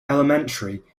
elementary